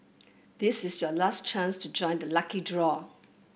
this is your last chance to join the lucky draw